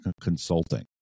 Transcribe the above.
consulting